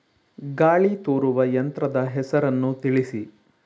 ಗಾಳಿ ತೂರುವ ಯಂತ್ರದ ಹೆಸರನ್ನು ತಿಳಿಸಿ?